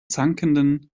zankenden